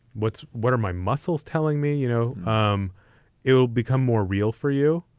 what's what are my muscles telling me, you know? um it will become more real for you.